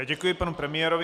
Děkuji panu premiérovi.